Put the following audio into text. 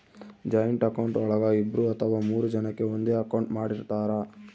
joint account ಒಳಗ ಇಬ್ರು ಅಥವಾ ಮೂರು ಜನಕೆ ಒಂದೇ ಅಕೌಂಟ್ ಮಾಡಿರ್ತರಾ